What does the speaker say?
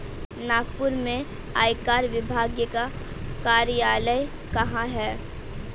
नागपुर में आयकर विभाग का कार्यालय कहाँ है?